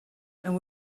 and